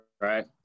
right